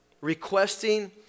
Requesting